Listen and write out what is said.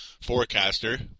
Forecaster